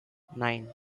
nine